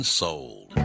sold